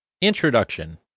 Introduction